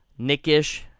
Nickish